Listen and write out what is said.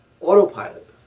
autopilot